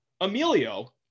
Emilio